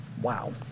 wow